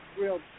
real